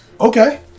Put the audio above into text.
Okay